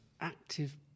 active